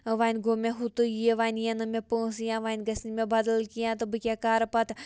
وۄنۍ گوٚو مےٚ ہُہ تہٕ یہِ وۄنۍ یِن نہٕ مےٚ پونٛسہٕ یا وۄنۍ گٔژھ نہٕ مےٚ بَدَل کینٛہہ تہٕ بہٕ کیٛاہ کَرٕ پَتہٕ